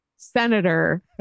senator